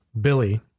Billy